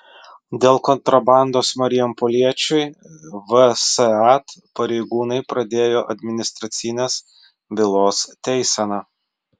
dėl kontrabandos marijampoliečiui vsat pareigūnai pradėjo administracinės bylos teiseną